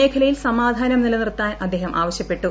മേഖലയിൽ സമാധാനം നിലനിർത്താൻ അദ്ദേഹം ആവശ്യപ്പെട്ടു